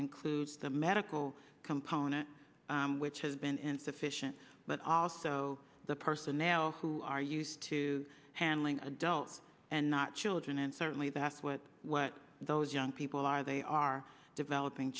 includes the medical component which has been insufficient but also the personnel who are used to handling adults and not children and certainly that's what what those young people are they are developing